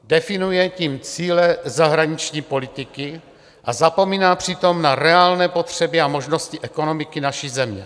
Definuje tím cíle zahraniční politiky a zapomíná přitom na reálné potřeby a možnosti ekonomiky naší země.